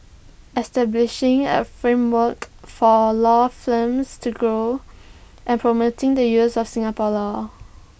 establishing A framework for law firms to grow and promoting the use of Singapore law